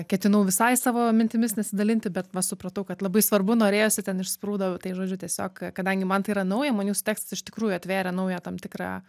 ketinau visai savo mintimis nesidalinti bet va supratau kad labai svarbu norėjosi ten išsprūdo tai žodžiu tiesiog kadangi man tai yra nauja man jūsų tekstas iš tikrųjų atvėrė naują tam tikrą